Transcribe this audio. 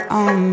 on